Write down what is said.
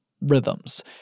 rhythms